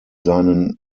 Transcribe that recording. seinen